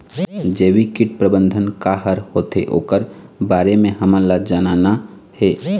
जैविक कीट प्रबंधन का हर होथे ओकर बारे मे हमन ला जानना हे?